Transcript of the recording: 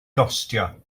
gostio